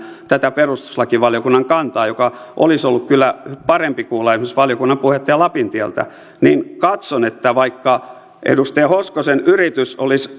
tätä perustuslakivaliokunnan kantaa joka olisi ollut kyllä parempi kuulla esimerkiksi valiokunnan puheenjohtaja lapintieltä niin vaikka edustaja hoskosen yritys olisi